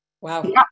Wow